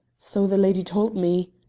so the lady told me.